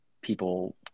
people